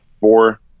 four